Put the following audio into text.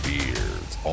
Beards